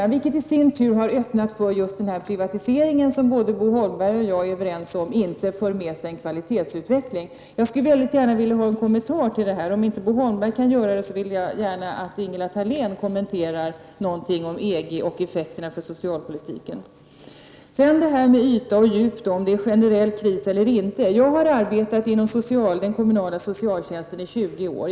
Och detta har i sin tur öppnat för just den privatisering som Bo Holmberg och jag är överens om inte för med sig en kvalitetsutveckling. Jag skulle mycket gärna vilja ha en kommentar till detta. Om Bo Holmberg inte kan ge mig en kommentar, vill jag gärna att Ingela Thalén kommenterar frågan om EG och effekterna för socialpolitiken. Sedan till frågan om yta och djup, om huruvida det är en generell kris eller inte. Jag har arbetat inom den kommunala socialtjänsten i 20 år.